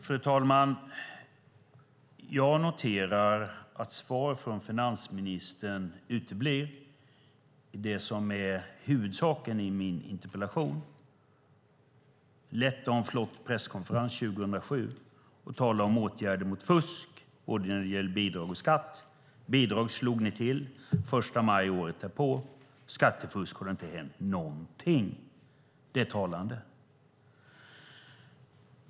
Fru talman! Jag noterar att svar från finansministern uteblir när det gäller det som är huvudsaken i min interpellation. Det är lätt att ha en flott presskonferens 2007 och tala om åtgärder mot fusk när det gäller både bidrag och skatt. När det gäller bidrag slog ni till den 1 maj året därpå. När det gäller skattefusk har det inte hänt någonting. Det är talande.